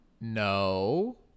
No